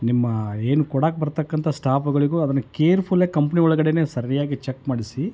ನಿಮ್ಮ ಏನು ಕೊಡಾಕೆ ಬರತಕ್ಕಂತ ಸ್ಟಾಫ್ಗಳಿಗೂ ಅದನ್ನು ಕೇರ್ಫುಲ್ಲಾಗಿ ಕಂಪ್ನಿ ಒಳಗಡೆಯೆ ಸರಿಯಾಗಿ ಚೆಕ್ ಮಾಡಿಸಿ